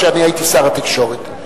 כשהייתי שר התקשורת.